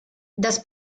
das